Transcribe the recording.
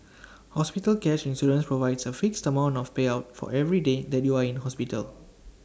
hospital cash insurance provides A fixed amount of payout for every day that you are in hospital